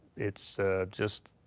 it's just